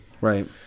Right